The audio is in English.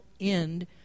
end